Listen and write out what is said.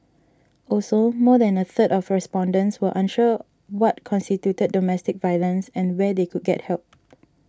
also more than a third of respondents were unsure what constituted domestic violence and where they could get help